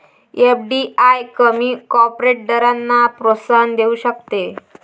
FDI कमी corporate दरांना प्रोत्साहन देऊ शकते